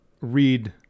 read